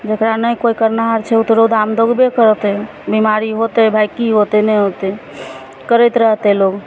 जेकरा नहि कोइ करनिहार छै रौदामे दौगबे करतै बिमारी होतै भाइ की होतै नहि होतै करैत रहतै लोग